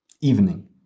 Evening